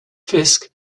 fisk